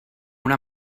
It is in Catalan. una